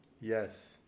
Yes